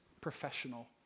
professional